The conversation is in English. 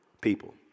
people